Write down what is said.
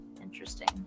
interesting